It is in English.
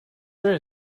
there